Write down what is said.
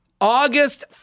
August